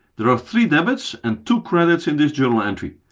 there are three debits and two credits in this journal entry.